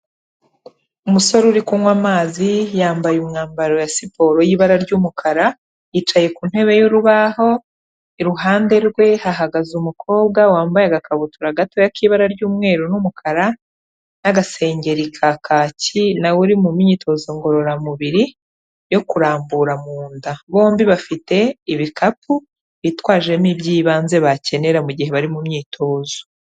Umusore uri kunywa amazi yambaye umwambaro ya siporo y'ibara ry'umukara, yicaye ku ntebe y'urubaho iruhande rwe hagaze umukobwa wambaye agakabutura gato k'ibara ry'umweru n'umukara, n'agasengeri ka kaki nawe uri mu myitozo ngororamubiri yo kurambura mu nda. Bombi bafite ibikapu bitwajemo iby'ibanze bakenera mugihe bari mu myitozo.